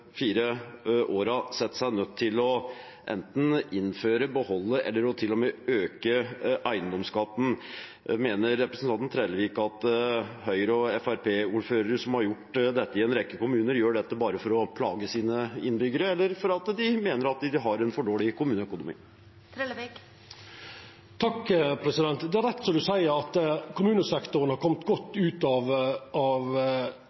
fire årene har sett seg nødt til enten å innføre, beholde eller til og med øke eiendomsskatten? Mener representanten Trellevik at Høyre- og FrP-ordførere som har gjort dette i en rekke kommuner, gjør dette bare for å plage sine innbyggere eller fordi de mener at de har en for dårlig kommuneøkonomi? Det er rett som representanten seier, at kommunesektoren har kome godt ut av